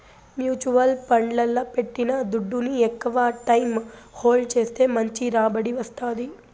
mutual ఫండ్లల్ల పెట్టిన దుడ్డుని ఎక్కవ టైం హోల్డ్ చేస్తే మంచి రాబడి వస్తాది